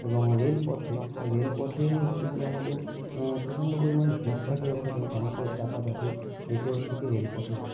এবং রেলপথে রেলপথে হচ্ছে গিয়ে আমাদের প্রচণ্ড পরিমাণ ভিড় থাকে ওখানে মানুষের চাপাচাপি এতে হচ্ছে গিয়ে রেলপথের খুব সমস্যা